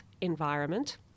environment